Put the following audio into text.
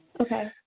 Okay